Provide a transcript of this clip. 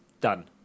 Done